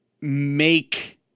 make